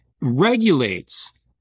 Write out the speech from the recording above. regulates